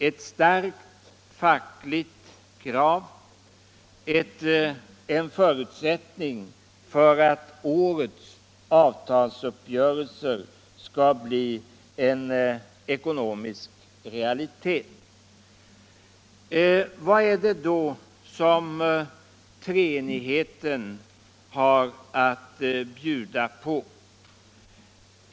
Ett starkt fackligt krav är en förutsättning för att årets avtalsuppgörelser skall bli en ekonomisk realitet. Vad är det då som treenigheten har att bjuda på.